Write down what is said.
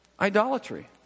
idolatry